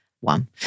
one